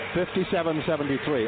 57.73